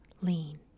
lean